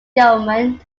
government